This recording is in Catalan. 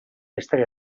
història